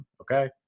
Okay